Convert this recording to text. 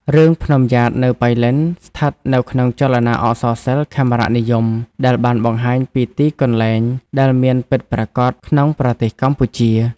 រឿង ភ្នំំយ៉ាតនៅប៉ៃលិន ស្ថិតនៅក្នុងចលនាអក្សរសិល្ប៍ខេមរនិយម ដែលបានបង្ហាញពីទីកន្លែងដែលមានពិតប្រាកត់ក្នុងប្រទេសកម្ពុជា។